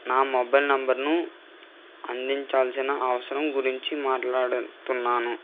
నా మొబైల్ నంబర్ను అందించాల్సిన అవసరం గురించి మాట్లాడతున్నాను